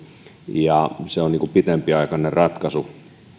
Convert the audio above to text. ja se on pitempiaikainen ratkaisu